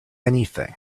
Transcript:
anything